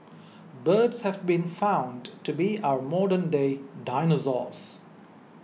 birds have been found to be our modernday dinosaurs